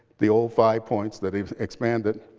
the old five points that expanded.